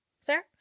sir